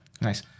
Nice